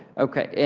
okay.